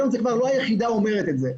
היום זה כבר לא היחידה אומרת את זה.